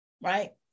right